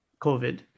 COVID